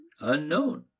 unknown